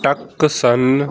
tucson